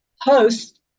host